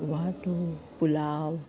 वाटु pulao